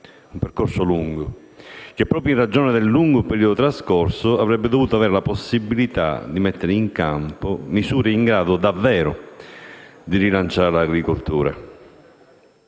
percorso che, proprio in ragione del lungo periodo trascorso, avrebbe dovuto avere la possibilità di mettere in campo misure in grado davvero di rilanciare l'agricoltura.